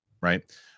right